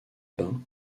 bains